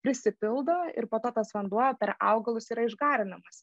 prisipildo ir po to tas vanduo per augalus yra išgarinamas